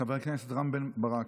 חבר הכנסת רם בן ברק.